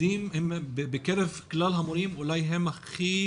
שמכלל המורים אולי הם הכי